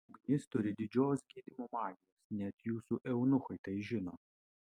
ugnis turi didžios gydymo magijos net jūsų eunuchai tai žino